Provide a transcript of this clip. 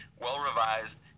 well-revised